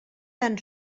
tan